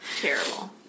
Terrible